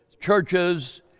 churches